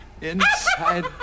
Inside